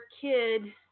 kid